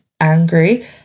angry